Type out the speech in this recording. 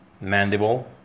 mandible